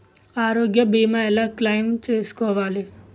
ఆరోగ్య భీమా ఎలా క్లైమ్ చేసుకోవాలి?